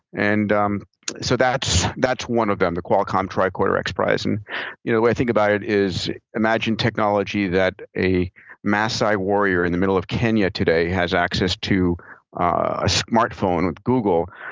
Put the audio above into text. and um so that's that's one of them, the qualcomm tricorder and xprize. the and you know way i think about it is imagine technology that a maasai warrior in the middle of kenya today has access to a smartphone with google.